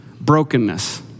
brokenness